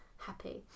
happy